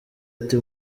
ati